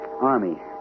Army